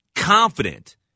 Confident